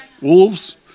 Wolves